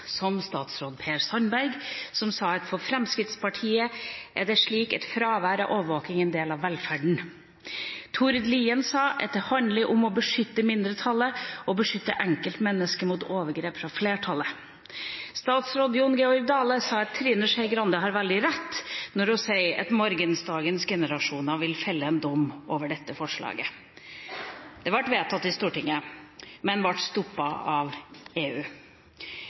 som statsråd Per Sandberg, som sa at for Fremskrittspartiet er det slik at fravær av overvåking er en del av velferden. Tord Lien sa at det handler om å beskytte mindretallet og beskytte enkeltmennesket mot overgrep fra flertallet. Statsråd Jon Georg Dale sa at Trine Skei Grande har veldig rett når hun sier at morgendagens generasjoner vil felle en dom over dette forslaget. Det ble vedtatt i Stortinget, men stoppet av EU.